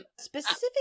Specific